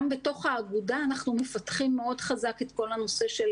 גם בתוך האגודה אנחנו מפתחים מאוד חזק את תוכנית